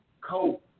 coat